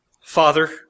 Father